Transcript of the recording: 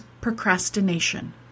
procrastination